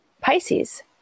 Pisces